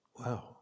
Wow